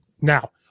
Now